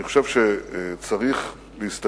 אבל אני חושב שצריך להסתכל,